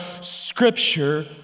scripture